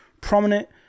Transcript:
prominent